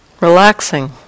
relaxing